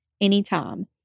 anytime